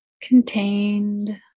contained